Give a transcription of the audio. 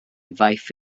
ddaeth